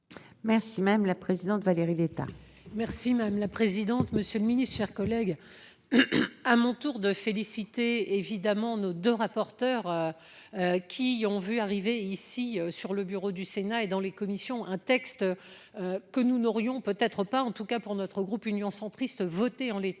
Merci. Même la présidente Valérie d'État. Merci madame la présidente. Monsieur le Ministre, chers collègues. À mon tour de féliciter évidemment nos deux rapporteurs. Qui ont vu arriver ici sur le bureau du Sénat et dans les commissions. Un texte. Que nous n'aurions peut-être pas en tout cas pour notre groupe Union centriste voter en l'état